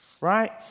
right